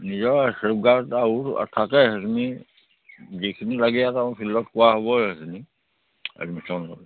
নিজৰ চেফগাৰ্ড আৰু থাকে সেইখিনি যিখিনি লাগে ইয়াত ফিল্ডত কোৱা হ'বই সেইখিনি এডমিশ্যন